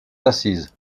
assises